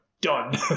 done